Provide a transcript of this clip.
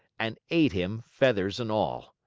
and ate him, feathers and all.